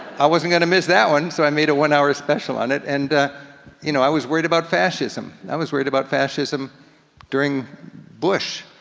i wasn't gonna miss that one, so i made a one hour special on it. and you know i was worried about fascicm. um i was worried about fascicm um during bush,